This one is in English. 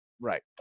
Right